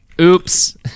Oops